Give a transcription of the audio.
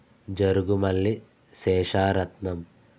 Jarugumalli Sesharatnam